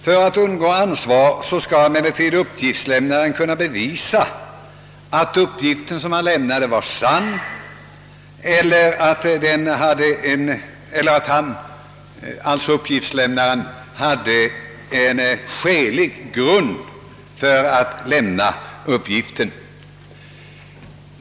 För att undgå ansvar skall emellertid uppgiftslämnaren kunna bevisa att uppgiften som han lämnade var sann eller att uppgiftslämnaren hade skälig grund för att lämna uppgiften.